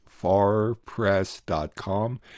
farpress.com